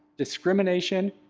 discrimination,